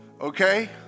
okay